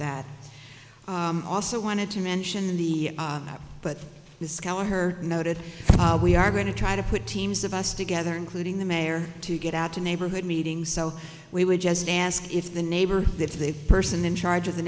that i also wanted to mention the that but his color her noted we are going to try to put teams of us together including the mayor to get out to neighborhood meetings so we would just ask if the neighbor if they person in charge of the